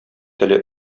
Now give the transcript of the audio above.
теле